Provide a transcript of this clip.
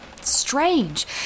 strange